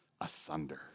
asunder